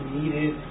needed